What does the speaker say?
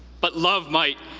but love might.